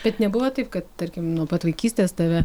bet nebuvo taip kad tarkim nuo pat vaikystės tave